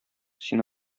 син